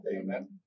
Amen